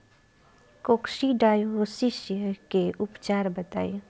Coccidiosis के उपचार बताई?